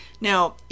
Now